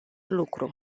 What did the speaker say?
lucru